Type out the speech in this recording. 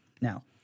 Now